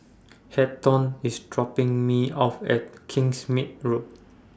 Hampton IS dropping Me off At Kingsmead Road